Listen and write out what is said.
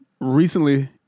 recently